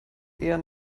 eher